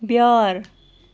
بیار